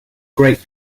great